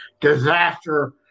disaster